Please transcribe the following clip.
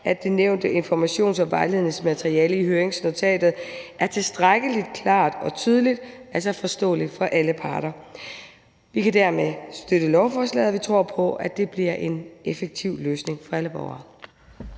at det nævnte informations- og vejledningsmateriale i høringsnotatet er tilstrækkelig klart og tydeligt, altså forståeligt for alle parter. Vi kan dermed støtte lovforslaget og tror på, at det bliver en effektiv løsning for alle borgere.